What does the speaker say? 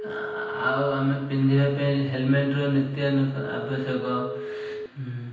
ଆଉ ଆମେ ପିନ୍ଧିବା ପାଇଁ ହେଲମେଟ୍ର ନିତ୍ୟ ଆବଶ୍ୟକ